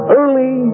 Early